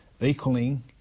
equaling